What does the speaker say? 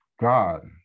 God